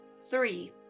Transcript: Three